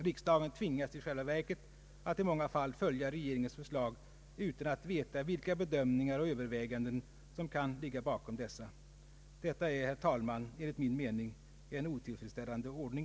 Riksdagen tvingas i själva verket att i många fall följa regeringens förslag utan att veta vilka bedömningar och överväganden som kan ligga bakom dessa. Detta är, herr talman, enligt min mening en otillfredsställande ordning.